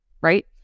right